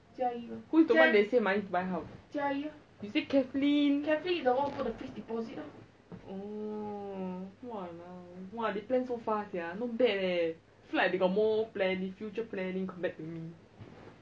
!wah! not bad you like do your research sia I don't even want I never even research all these leh